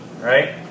right